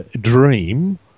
dream